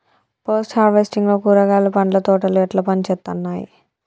Post harvesting లో కూరగాయలు పండ్ల తోటలు ఎట్లా పనిచేత్తనయ్?